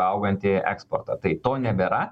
augantį eksportą tai to nebėra